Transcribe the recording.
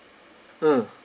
mm